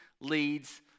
leads